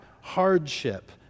hardship